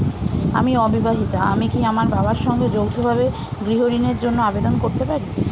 আমি অবিবাহিতা আমি কি আমার বাবার সঙ্গে যৌথভাবে গৃহ ঋণের জন্য আবেদন করতে পারি?